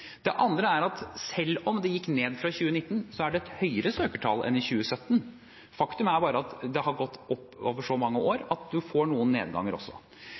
Det andre er at selv om det gikk ned fra 2019, er det et høyere søkertall enn i 2017. Faktum er bare at det har gått opp over så mange år at man får noen nedganger også.